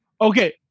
Okay